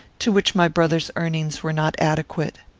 to which my brother's earnings were not adequate.